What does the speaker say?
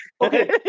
Okay